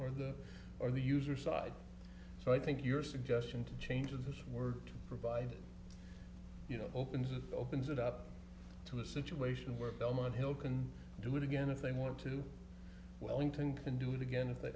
or the or the user side so i think your suggestion to change to this were provided you know opens it opens it up to a situation where belmont hill can do it again if they want to wellington can do it again if they